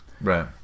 Right